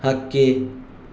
ಹಕ್ಕಿ